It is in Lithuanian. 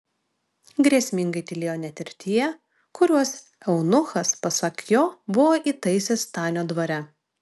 grėsmingai tylėjo net ir tie kuriuos eunuchas pasak jo buvo įtaisęs stanio dvare